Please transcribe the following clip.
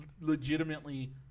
legitimately